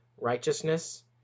righteousness